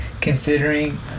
considering